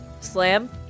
Slam